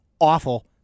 awful